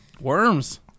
Worms